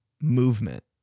movement